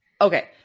Okay